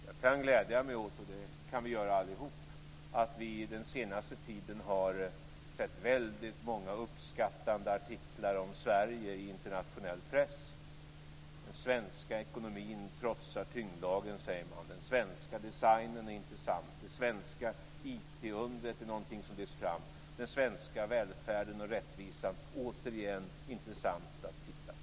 Jag kan glädja mig åt - och det kan vi göra allihop - att vi den senaste tiden har sett väldigt många uppskattande artiklar om Sverige i internationell press. Den svenska ekonomin trotsar tyngdlagen, säger man. Den svenska designen är intressant. Det svenska IT-undret är någonting som lyfts fram. Den svenska välfärden och rättvisan, återigen, är intressant att titta på.